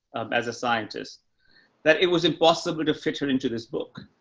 um, as a scientist that it was impossible to fit her into this book.